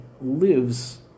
lives